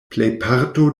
plejparto